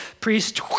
priest